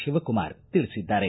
ಶಿವಕುಮಾರ್ ತಿಳಿಸಿದ್ದಾರೆ